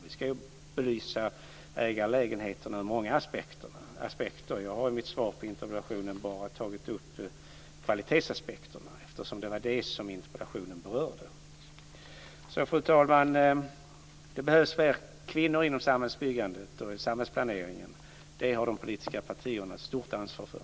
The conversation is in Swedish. Vi ska belysa ägarlägenheterna ur många aspekter. Jag har i mitt svar på interpellationen bara tagit upp kvalitetsaspekterna eftersom det var det som interpellationen berörde. Fru talman! Det behövs fler kvinnor inom samhällsbyggandet och samhällsplaneringen. Det har de politiska partierna ett stort ansvar för.